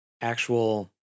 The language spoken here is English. actual